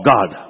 God